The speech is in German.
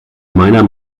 meiner